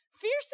Fierce